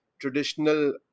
traditional